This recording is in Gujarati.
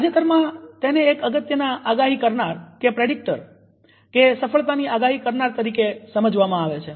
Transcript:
તાજેતરમાં તેને એક અગત્યના આગાહી કરનાર કે સફળતાની આગાહી કરનાર તરીકે સમજવામાં આવે છે